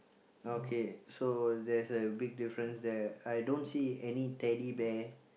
okay so there's a big difference there I don't see any Teddy Bear